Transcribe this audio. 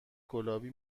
گلابی